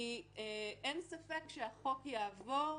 כי אין ספק שכשהחוק יעבור